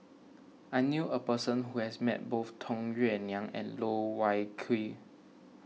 I knew a person who has met both Tung Yue Nang and Loh Wai Kiew